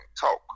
talk